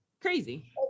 crazy